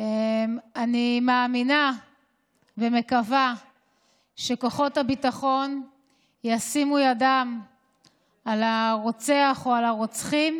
אני מאמינה ומקווה שכוחות הביטחון ישימו ידם על הרוצח או על הרוצחים,